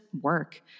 work